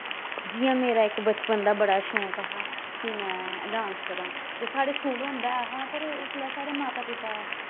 जियां मेरा इक बचपन दा बड़ा शौंक हा की में डांस करांऽ ते साढ़े स्कूल होंदा ऐहा पर उसलै साढ़े माता पिता